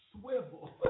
swivel